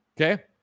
Okay